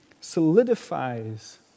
solidifies